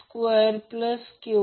8 असेल ते 180